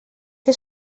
què